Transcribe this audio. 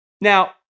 Now